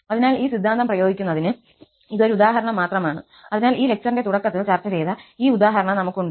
അതിനാൽ ഈ സിദ്ധാന്തം പ്രയോഗിക്കുന്നതിന് ഇത് ഒരു ഉദാഹരണം മാത്രമാണ് അതിനാൽ ഈ ലെക്ചറിന്റെ തുടക്കത്തിൽ ചർച്ച ചെയ്ത ഈ ഉദാഹരണം നമുക്ക് ഉണ്ട്